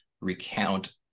recount